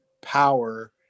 power